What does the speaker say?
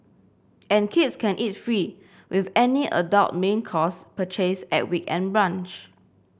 and kids can eat free with any adult main course purchase at weekend brunch